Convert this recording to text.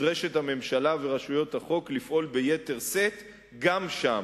נדרשות הממשלה ורשויות החוק לפעול ביתר שאת גם שם.